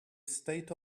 state